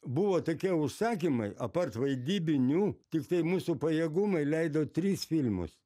buvo tokie užsakymai apart vaidybinių tiktai mūsų pajėgumai leido tris filmus